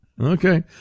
okay